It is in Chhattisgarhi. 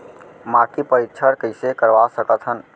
माटी परीक्षण कइसे करवा सकत हन?